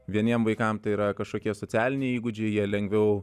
vieniem vaikam tai yra kažkokie socialiniai įgūdžiai jie lengviau